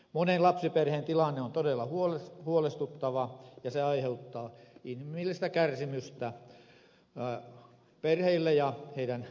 monen lapsiperheen tilanne on todella huolestuttava ja se aiheuttaa inhimillistä kärsimystä perheille ja heidän lähiomaisilleen